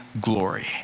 glory